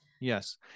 Yes